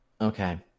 Okay